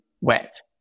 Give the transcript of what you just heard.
wet